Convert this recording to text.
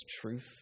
truth